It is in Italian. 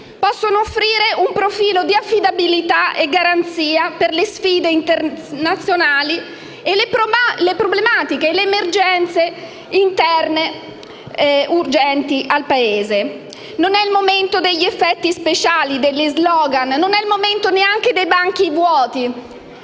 possano offrire un profilo di affidabilità e garanzia per le sfide internazionali e le problematiche e le emergenze urgenti interne al Paese. Non è il momento degli effetti speciali e degli *slogan* e non è neanche il momento dei banchi vuoti: